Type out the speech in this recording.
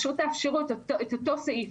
תאפשרו את אותו סעיף,